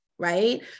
Right